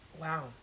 wow